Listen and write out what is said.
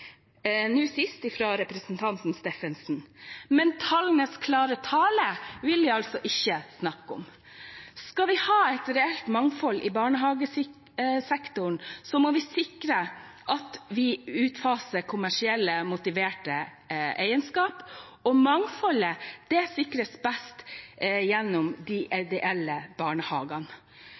nå sist fra representanten Steffensen. Men tallenes klare tale vil de altså ikke snakke om. Skal vi ha et reelt mangfold i barnehagesektoren, må vi sikre en utfasing av kommersielt motivert eierskap. Mangfoldet sikres best gjennom de ideelle barnehagene.